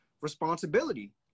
responsibility